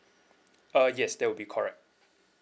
uh yes that will be correct